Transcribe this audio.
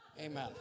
Amen